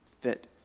fit